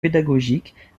pédagogiques